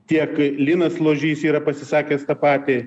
tiek linas ložys yra pasisakęs tą patį